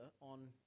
on